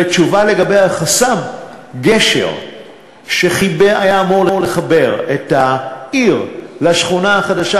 ותשובה לגבי החסם: גשר שהיה אמור לחבר את העיר לשכונה החדשה,